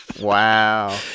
Wow